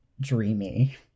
dreamy